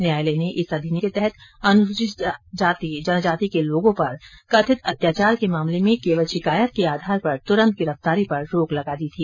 न्यायालय ने इस अधिनियम के तहत अनुसूचित जाति जनजाति के लोगों पर कथित अत्याचार के मामले में केवल शिकायत के आधार पर तुरंत गिरफ्तारी पर रोक लगा दी थी